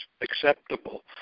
acceptable